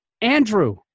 Andrew